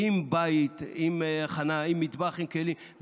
עם בית, עם הכנה, עם מטבח, עם כלים.